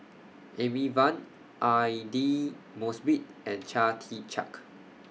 Amy Van Aidli Mosbit and Chia Tee Chiak